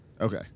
Okay